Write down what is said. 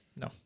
No